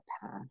past